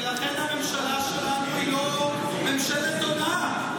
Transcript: ולכן הממשלה שלנו היא לא ממשלת הונאה,